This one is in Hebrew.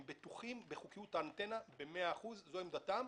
הם בטוחים בחוקיוּת האנטנה במאה אחוז, זו עמדתם.